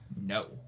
no